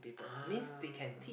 ah